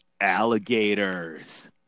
alligators